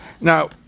Now